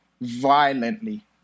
violently